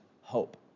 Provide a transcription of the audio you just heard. hope